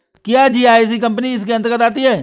क्या GIC company इसके अन्तर्गत आती है?